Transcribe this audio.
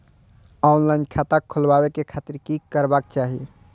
Online खाता खोलाबे के खातिर कि करबाक चाही?